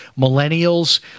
millennials